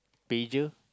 pager